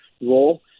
role